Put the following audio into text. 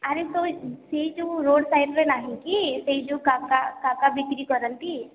ଆରେ ତୋ ସେଇ ଯୋଉ ରୋଡ଼୍ ସାଇଡ଼୍ ରେ ନାହିଁ କି ସେଇ ଯୋଉ କାକା କାକା ବିକ୍ରି କରନ୍ତି